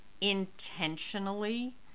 intentionally